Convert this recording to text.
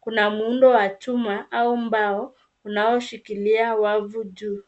Kuna muundo wa chuma au mbao unaoshikilia wavu juu.